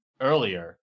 earlier